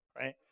right